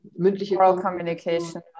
mündliche